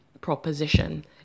proposition